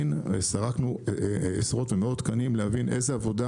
סרקנו עשרות ומאות תקנים, להבין איזו עבודה